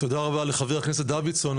תודה רבה לחבר הכנסת דוידסון,